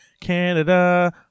Canada